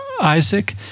Isaac